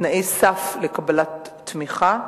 תנאי סף לקבלת תמיכה,